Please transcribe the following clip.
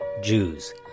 Jews